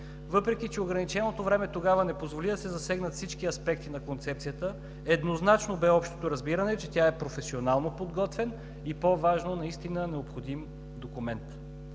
Въпреки че ограниченото време тогава не позволи да се засегнат всички аспекти на Концепцията, еднозначно бе общото разбиране, че тя е професионално подготвен и по-важното – наистина необходим документ.